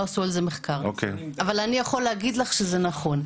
עשו על זה מחקר אבל שהוא יודע בוודאות שזה נכון.